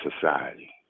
society